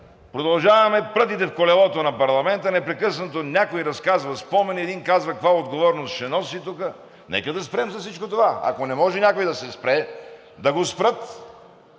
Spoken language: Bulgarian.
Продължаваме с прътите в колелото на парламента – непрекъснато някой разказва спомени, един казва каква отговорност ще носи тук! Нека да спрем с всичко това! Ако не може някой да се спре, да го спрат!